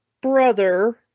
brother